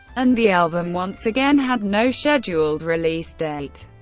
and the album once again had no scheduled release date.